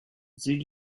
sie